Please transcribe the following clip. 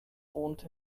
wohnt